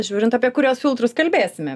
žiūrint apie kuriuos filtrus kalbėsime